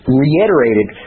reiterated